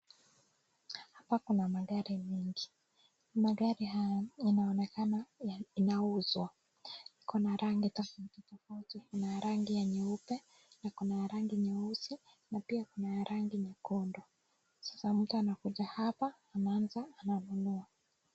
Hapa kuna magari mengi. Magari haya inaonekana inauzwa. Iko na rangi tofauti tofauti. Kuna ya rangi ya nyeupe na kuna ya rangi nyeusi na pia kuna ya rangi nyekundu. Sasa mtu anakuja hapa, anaanza ananunua.